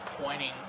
pointing